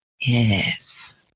Yes